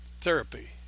therapy